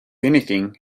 anything